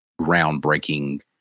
groundbreaking